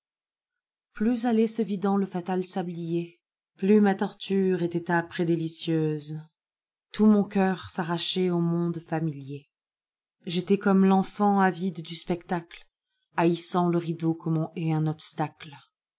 plus allait se vidant le fatal sablier plus ma torture était âpre et délicieuse tout mon cœur s'arrachait nu monde familier j'étais comme fenfant avide du spectacle haïssant le rideau comme on hait un obstacle